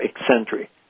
eccentric